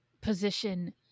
position